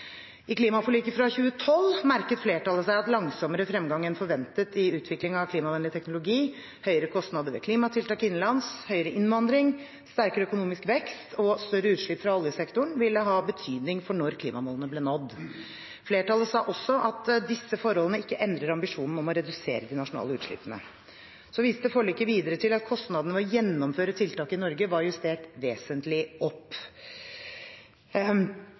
I klimaforliket fra 2012 merket flertallet seg at langsommere fremgang enn forventet i utvikling av klimavennlig teknologi, høyere kostnader ved klimatiltak innenlands, høyere innvandring, sterkere økonomisk vekst og større utslipp fra oljesektoren ville ha betydning for når klimamålene ble nådd. Flertallet sa også at disse forholdene ikke endrer ambisjonen om å redusere de nasjonale utslippene. Så viste forliket videre til at kostnadene ved å gjennomføre tiltak i Norge var justert vesentlig opp.